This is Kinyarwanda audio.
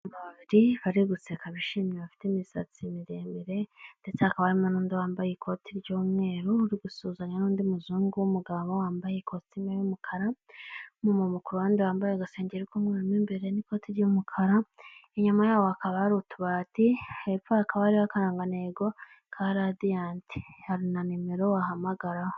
Abantu babiri bari guseka bishimye bafite imisatsi miremire, ndetse hakaba harimo n'undi wambaye ikoti ry'umweru, uri gusuhuzanya n'undi muzungu w'umugabo wambaye kositime y'umukara, n'umuntu ku ruhande wambaye agasengeri k'umweru mu imbere n'ikote ry'umukara. Inyuma yaho hakaba hari utubati, hepfo hakaba hariho akarangantego ka radiyanti.